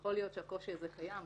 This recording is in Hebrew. יכול להיות שהקושי הזה קיים,